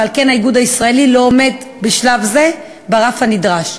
ועל כן האיגוד הישראלי לא עומד בשלב זה ברף הנדרש.